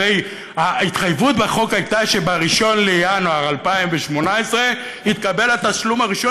הרי ההתחייבות בחוק הייתה שב-1 בינואר 2018 יתקבל התשלום הראשון,